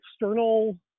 external